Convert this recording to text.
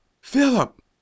Philip